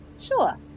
Sure